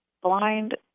blind